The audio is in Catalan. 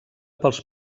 pels